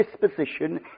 disposition